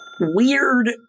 weird